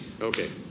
Okay